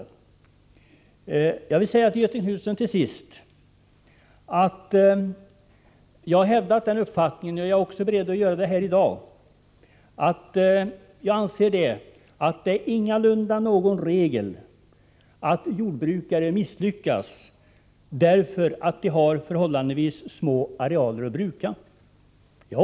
Slutligen vill jag säga till Göthe Knutson att jag har hävdat och är beredd att också i dag hävda uppfattningen att det ingalunda inträffar regelbundet att jordbrukare misslyckas, därför att de har förhållandevis små arealer att bruka.